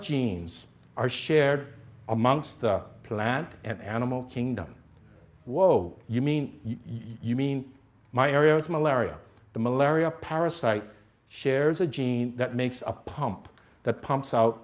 genes are shared amongst the plant and animal kingdom whoa you mean you mean my area to malaria the malaria parasite shares a gene that makes a pump that pumps out